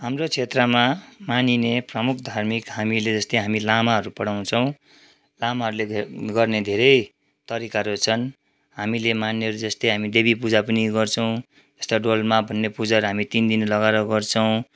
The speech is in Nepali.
हाम्रो क्षेत्रमा मानिने प्रमुख धार्मिक हामीले जस्तै हामी लामाहरू पढाउँछौँ लामाहरूले गर्ने धेरै तरिकाहरू छन् हामीले मान्नेहरू जस्तै हामी देवी पूजा पुनि गर्छौँ यस्ता डोल्मा भन्ने पूजाहरू पनि हामी तिन दिन लगाएर गर्छौँ